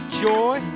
joy